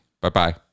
Bye-bye